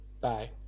Bye